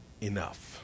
enough